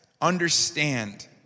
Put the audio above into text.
understand